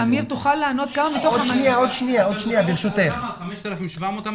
אמרת עכשיו 5,700?